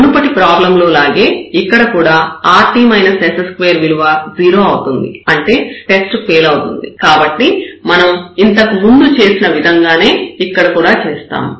మునుపటి ప్రాబ్లం లో లాగే ఇక్కడ కూడా rt s2 విలువ 0 అవుతుంది అంటే టెస్ట్ ఫెయిల్ అవుతుంది కాబట్టి మనం ఇంతకు ముందు చేసిన విధంగానే ఇక్కడ కూడా చేస్తాము